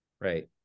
Right